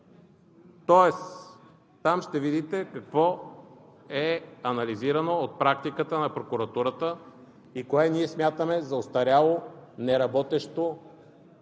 Там ще видите какво е анализирано от практиката на прокуратурата и кое ние смятаме за остаряло, неработещо